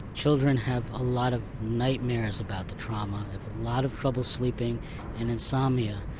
children have a lot of nightmares about the trauma, a lot of trouble sleeping and insomnia.